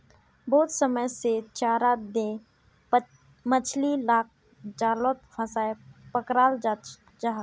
बहुत समय से चारा दें मछली लाक जालोत फसायें पक्राल जाहा